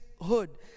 hood